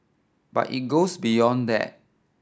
but it goes beyond that